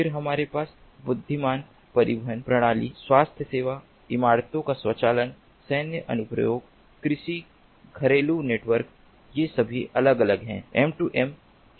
फिर हमारे पास बुद्धिमान परिवहन प्रणाली स्वास्थ्य सेवा इमारतों का स्वचालन सैन्य अनुप्रयोग कृषि घरेलू नेटवर्क ये सभी अलग अलग हैं M2M के विभिन्न अनुप्रयोग हैं